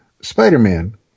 Spider-Man